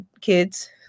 kids